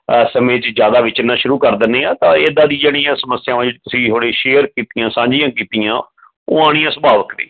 ਸਮੇਂ 'ਚ ਜ਼ਿਆਦਾ ਵਿਚਰਨਾ ਸ਼ੁਰੂ ਕਰ ਦਿੰਦੇ ਹਾਂ ਤਾਂ ਇਹ ਇਦਾਂ ਦੀ ਜਿਹੜੀਆਂ ਸਮੱਸਿਆਵਾਂ ਤੁਸੀਂ ਹੁਣ ਸ਼ੇਅਰ ਕੀਤੀਆਂ ਸਾਂਝੀਆਂ ਕੀਤੀਆਂ ਉਹ ਆਉਣੀਆਂ ਸੁਭਾਵਿਕ ਨੇ